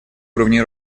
уровней